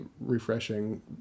refreshing